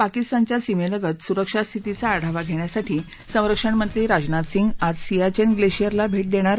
पाकिस्तानच्या सीमस्तात सुरक्षा स्थितीचा आढावा घष्वासाठी संरक्षण मंत्री राजनाथ सिंह आज सियाच्या लशिअरला भर्ष देणर